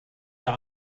der